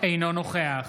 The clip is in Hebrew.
אינו נוכח